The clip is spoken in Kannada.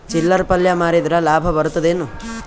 ಚಿಲ್ಲರ್ ಪಲ್ಯ ಮಾರಿದ್ರ ಲಾಭ ಬರತದ ಏನು?